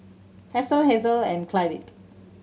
Hasel Hazle and Clydie